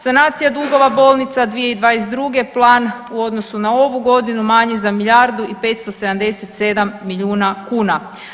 Sanacija dugova bolnica 2022. plan u odnosu na ovu godinu manji za milijardu i 577 milijuna kuna.